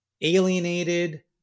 alienated